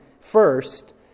first